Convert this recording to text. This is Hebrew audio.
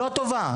לא טובה,